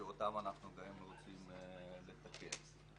שאותם אנחנו רוצים לתקן.